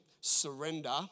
surrender